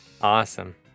Awesome